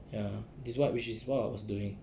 ya this is what which is what I was doing